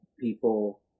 people